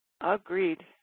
Agreed